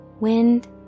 wind